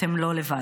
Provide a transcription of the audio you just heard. אתם לא לבד.